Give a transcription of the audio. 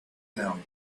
down